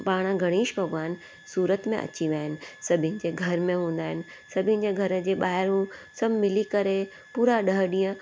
पाण गणेश भॻवान सूरत में अची विया आहिनि सभिनि जे घर में हूंदा आहिनि सभिनि जे घर जे ॿाहिरि सभु मिली करे पूरा ॾह ॾींहं